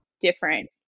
different